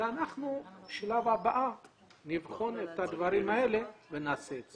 אנחנו בשלב הבא נבחן את הדברים האלה ונעשה את זה.